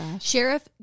Sheriff